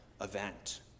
event